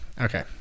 Okay